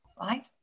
right